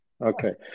Okay